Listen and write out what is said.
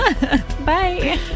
Bye